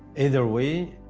either way,